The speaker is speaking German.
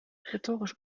rhetorisch